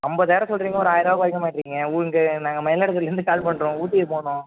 ஐம்பதாயிரோம் சொல்கிறிங்க ஒரு ஆயரருவா கொறைக்க மாட்டுறிங்க இங்கே நாங்கள் மயிலாடுதுறைலேருந்து கால் பண்ணுறோம் ஊட்டிக்கு போகணும்